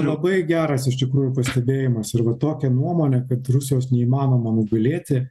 labai geras iš tikrųjų pastebėjimas ir va tokia nuomonė kad rusijos neįmanoma nugalėti